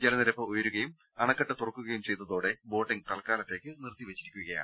ജലനിരപ്പ് ഉയരുകയും അണക്കെട്ട് തുറക്കുകയും ചെയ്തതോടെ ബോട്ടിംഗ് തൽക്കാലത്തേക്ക് നിർത്തിവെച്ചിരിക്കുകയാണ്